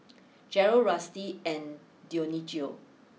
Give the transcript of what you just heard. Jerrel Rusty and Dionicio